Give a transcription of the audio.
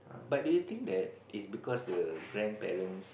but do you think that is because the grandparents